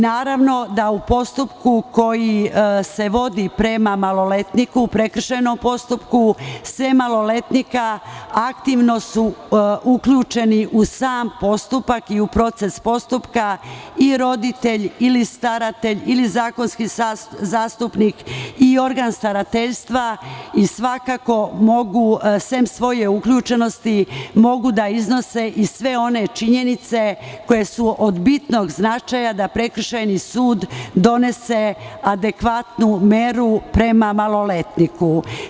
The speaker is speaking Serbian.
Naravno da u postupku koji se vodi prema maloletniku, prekršajnom postupku, sem maloletnika, aktivno su uključeni u sam postupak i u proces postupka i roditelji ili staratelj ili zakonski zastupnik i organ starateljstva i svakako mogu, sem svoje uključenosti, da iznose i sve one činjenice koje su od bitnog značaja da prekršajni sud donese adekvatnu meru prema maloletniku.